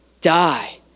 die